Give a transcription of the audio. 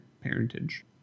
parentage